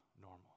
normal